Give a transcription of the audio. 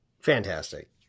Fantastic